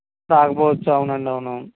రాకపోవచ్చు అవునండి అవునవును